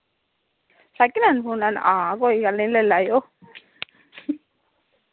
second hand phone लैना हा कोई गल्ल नी ले लैओ